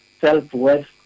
self-worth